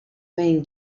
main